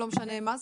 לא משנה מה זה?